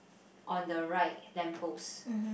on the right lamp post